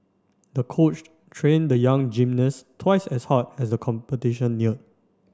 the coach trained the young gymnast twice as hard as the competition neared